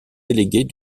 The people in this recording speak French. délégués